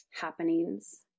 happenings